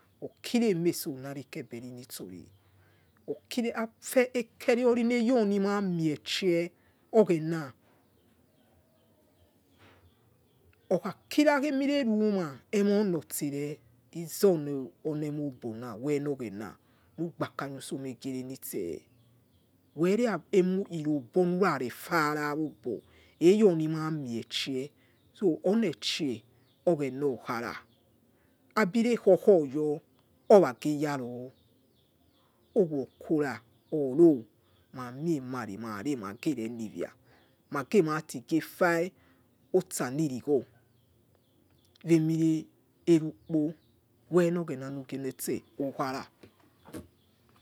Okiremeso nari keberi nitori okiri afe ekeriony aeyonimamiche oghena okhakira emoni reruma emon ote re izonemo obo na nugbakania di idamegere nitse were iriobo nurarefara obo eyonimamitch so onechi oghena okhara abire khokhoyo erogeyaro owokora oro mamie mare mare ma geh renivia magematighe fai otoanirigho wemire rukpo wen oghena nogie notse ukhara,